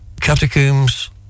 Catacombs